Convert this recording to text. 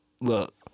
Look